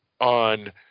on